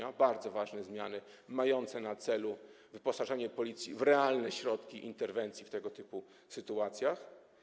Są to bardzo ważne zmiany mające na celu wyposażenie Policji w realne środki interwencji w tego typu sytuacjach.